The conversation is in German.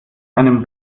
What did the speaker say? einem